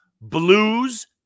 Blues